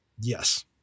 Yes